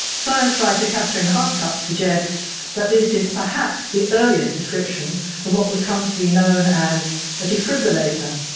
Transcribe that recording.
science writer kathryn harkup suggests that this is perhaps the earliest description of what would come to be known as a defibrillator.